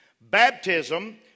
Baptism